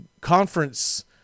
conference